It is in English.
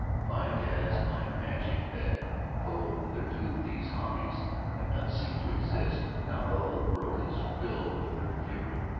find as by magic that though hitherto these hobbies have not seemed to exist, now the whole world is filled with their fury,